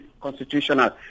constitutional